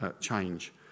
change